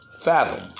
Fathom